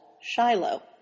Shiloh